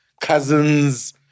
cousins